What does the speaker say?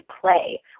play